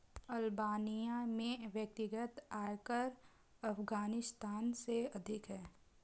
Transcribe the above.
Albania में व्यक्तिगत आयकर अफ़ग़ानिस्तान से अधिक है